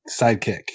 sidekick